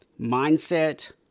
mindset